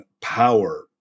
power